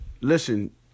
listen